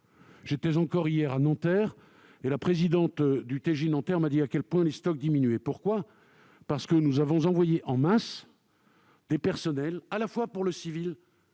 J'étais encore hier à Nanterre, où la présidente du tribunal judiciaire m'a dit à quel point les stocks diminuaient. Pourquoi ? Parce que nous avons envoyé en masse des personnels, pour le civil